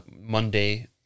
Monday